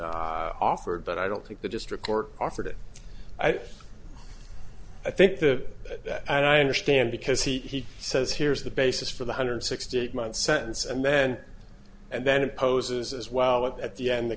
t offered but i don't think the district court offered it i think that and i understand because he says here is the basis for the hundred sixty eight month sentence and then and then it poses as well at the end the